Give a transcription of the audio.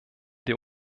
der